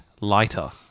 lighter